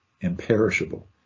imperishable